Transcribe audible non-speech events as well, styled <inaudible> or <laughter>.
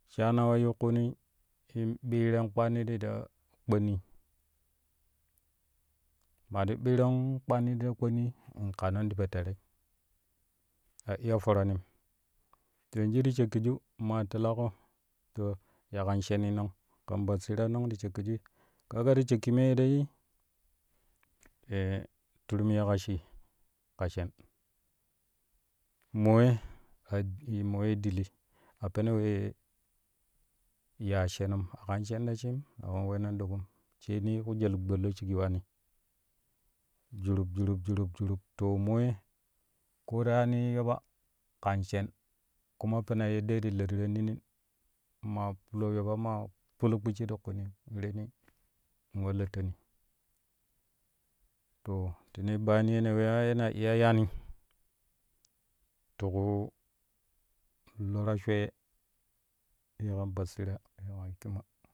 Shana wa yiu kuuni in biiron kpaani ti ta kpannii, ma ti ɓiiron kpaani ti ta kpanni in kaanin ti po terei a iya foranim to yanju to shaƙƙiju ma telaaƙo ya kan shenii nong kan basirai nong ti shakkijui? Ka ga ti shakki mei dai <hesitation> shurmi yeƙa shii ka shen moye a moye dili a peno wee ya shenum aƙan shen ta shiim a kan wenan ɗagum sau ku jiral gbe lo shigi waani jurub jurub jurub to mo ye ko ta yaani yoba kan shen kuma penaa yaddee ti lariranninin maa fulo yoba ma ful kpicci te kuuni reni in wa lattoni to tere bayani yene weyaa ye na iya yaani yi kuu lo ta shwee ye kan basira. <unintelligible>